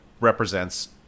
represents